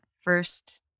first